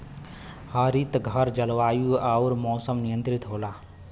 हरितघर जलवायु आउर मौसम नियंत्रित होला